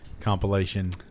compilation